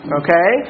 okay